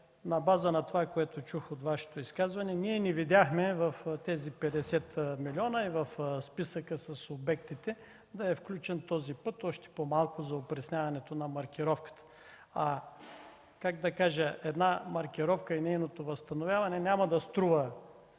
на база на това, което чух от Вашето изказване, че не видяхме в тези 50 милиона и в списъка с обектите да е включен този път, още по-малко опресняването на маркировката. А една маркировка и нейното възстановяване няма да струва